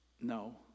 No